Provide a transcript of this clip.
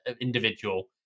individual